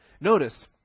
Notice